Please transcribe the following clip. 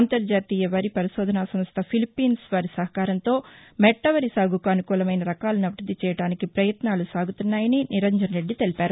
అంతర్జాతీయ వరి పరిశోధనా సంస్ల ఫిలిప్పీన్స్ వారి సహకారంతో మెట్ల వరి సాగుకు అనుకూలమైన రకాలను అభివృద్ది చేయడానికి ప్రపయత్నాలు సాగుతున్నాయని నిరంజన్ రెడ్డి తెలిపారు